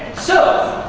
so.